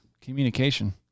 Communication